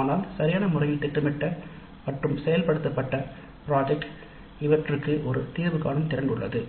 ஆனால் சரியான முறையில் திட்டமிட்ட மற்றும் செயல்படுத்தப்பட்ட ப்ராஜெக்ட் இவற்றுக்கு ஒரு தீர்வு காணும் திறன் உள்ளது